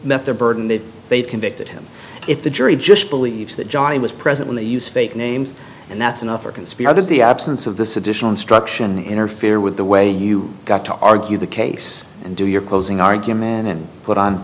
met their burden that they've convicted him if the jury just believes that johnnie was present when they use fake names and that's enough for conspirators the absence of this additional instruction interfere with the way you got to argue the case and do your closing argument and put on